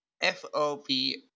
F-O-B